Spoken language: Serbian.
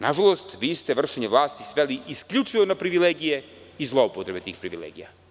Nažalost, vi ste vršenje vlasti sveli isključivo na privilegije i zloupotrebe tih privilegija.